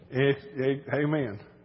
Amen